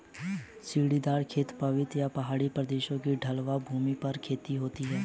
सीढ़ीदार खेत, पर्वतीय या पहाड़ी प्रदेशों की ढलवां भूमि पर खेती होती है